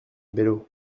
bello